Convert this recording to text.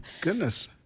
goodness